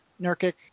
Nurkic